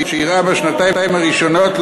שאירעה בשנתיים הראשונות,